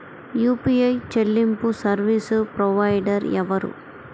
UPI చెల్లింపు service provider ఎవరు?